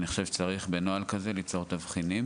אני חושב שצריך בנוהל כזה ליצור תבחינים